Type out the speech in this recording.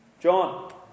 John